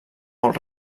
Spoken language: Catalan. molt